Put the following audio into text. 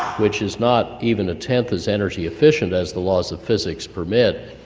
which is not even a tenth as energy-efficient as the laws of physics permit,